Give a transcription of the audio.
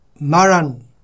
maran